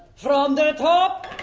from the top.